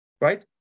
right